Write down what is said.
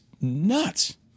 nuts